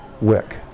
wick